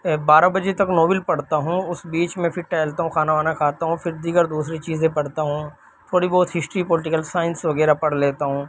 بارہ بجے تک ناول پڑھتا ہوں اس بیچ میں پھر ٹہلتا ہوں کھانا وانا کھاتا ہوں پھر دیگر دوسری چیزیں پڑھتا ہوں تھوڑی بہت ہسٹری پولیٹکل سائنس وغیرہ پڑھ لیتا ہوں